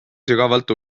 sügavalt